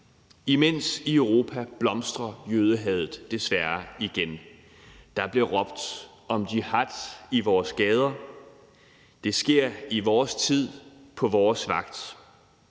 Imens i Europa blomstrer jødehadet desværre igen. Der bliver råbt om jihad i vores gader. Det sker i vores tid på vores vagt.